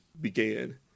began